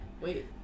Wait